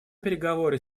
переговоры